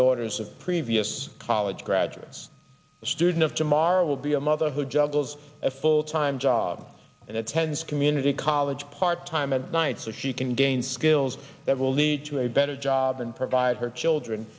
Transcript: daughters of previous college graduates the student of tomorrow will be a mother who juggles a full time job and it's sends community college part time at night so she can gain skills that will lead to a better job and provide her children